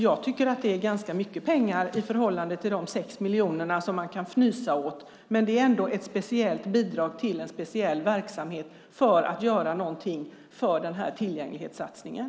Jag tycker att det är ganska mycket pengar i förhållande till de 6 miljonerna som man kan fnysa åt. Det är ändå ett speciellt bidrag till en speciell verksamhet för att göra någonting för den här tillgänglighetssatsningen.